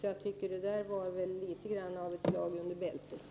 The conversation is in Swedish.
Jag tycker att detta var något av ett slag under bältet.